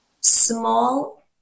small